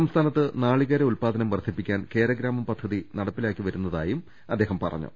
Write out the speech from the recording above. സംസ്ഥാനത്ത് നാളികേര ഉത്പാദനം വർധിപ്പിക്കാൻ കേരഗ്രാമം പദ്ധതി നടപ്പിലാക്കിവരുന്നതായും അദ്ദേഹം പറഞ്ഞു